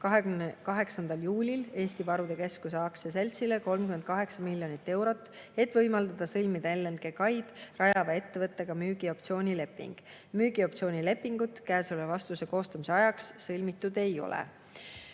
28. juulil Eesti Varude Keskuse Aktsiaseltsile 38 miljonit eurot, et võimaldada sõlmida LNG-kaid rajava ettevõttega müügioptsioonileping. Müügioptsioonilepingut käesoleva vastuse koostamise ajaks sõlmitud ei